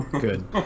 Good